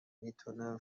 میتونم